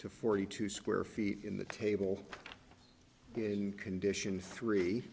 to forty two square feet in the table in condition three